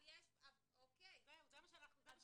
זהו, זה מה שצריך.